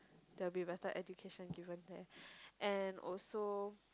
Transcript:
there'll be better education given there and also